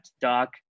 Doc